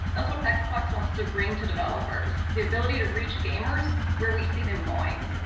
that's what xbox xbox wants to bring to developers. the ability to reach gamers where we see them going.